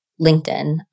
LinkedIn